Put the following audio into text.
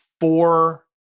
four